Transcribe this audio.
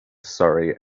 surrey